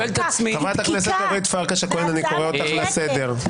חברת הכנסת אורית פרקש הכהן, אני קורא אותך לסדר.